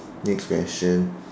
next question